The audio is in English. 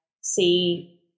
see